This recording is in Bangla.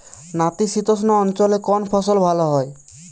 নাতিশীতোষ্ণ অঞ্চলে কোন ফসল ভালো হয়?